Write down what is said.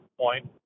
point